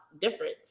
different